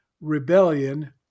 rebellion